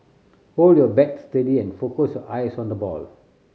hold your bat steady and focus your eyes on the ball